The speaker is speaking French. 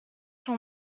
son